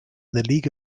league